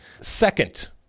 second